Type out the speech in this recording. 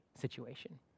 Situation